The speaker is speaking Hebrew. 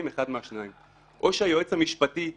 אחד מהשניים: או שהיועץ המשפטי נרמס,